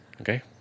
okay